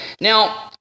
now